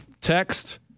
text